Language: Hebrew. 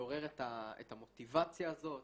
לעורר את המוטיבציה הזאת,